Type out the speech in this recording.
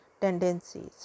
tendencies